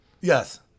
Yes